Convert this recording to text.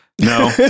No